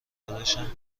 داداشم